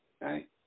Right